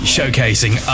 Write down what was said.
Showcasing